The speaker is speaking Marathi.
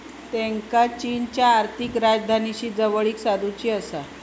त्येंका चीनच्या आर्थिक राजधानीशी जवळीक साधुची आसा